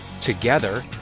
Together